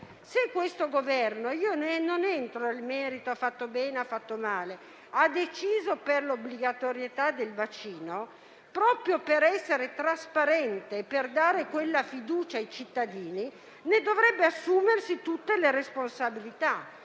Se il Governo - non entro nel merito se ha fatto bene o ha fatto male - ha deciso per l'obbligatorietà del vaccino, proprio per essere trasparente e per trasmettere fiducia ai cittadini, se ne dovrebbe assumere tutte le responsabilità,